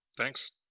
Thanks